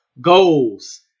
goals